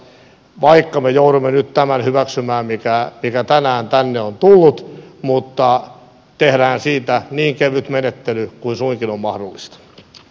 vaikka me joudumme nyt tämän hyväksymään mikä tänään tänne on tullut niin tehdään siitä niin kevyt menettely kuin suinkin on mahdollista